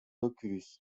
oculus